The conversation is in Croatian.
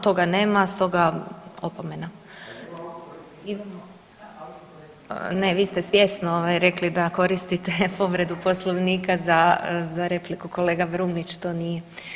Toga nema, stoga opomena. … [[Upadica se ne razumije.]] Ne, vi ste svjesno rekli da koristite povredu Poslovnika za repliku kolega Brumnić, to nije.